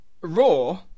Raw